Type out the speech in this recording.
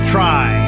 Try